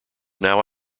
now